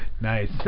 Nice